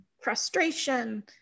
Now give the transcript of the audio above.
frustration